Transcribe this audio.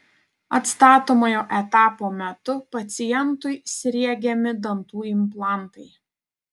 atstatomojo etapo metu pacientui sriegiami dantų implantai